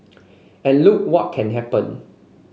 and look what can happen